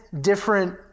different